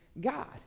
God